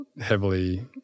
heavily